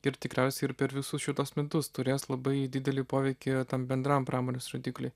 ir tikriausiai ir per visus šituos metus turės labai didelį poveikį tam bendram pramonės rodikliui